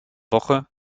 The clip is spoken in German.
woche